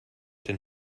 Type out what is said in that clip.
denn